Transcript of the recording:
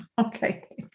Okay